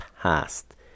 past